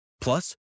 Plus